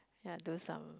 then I do some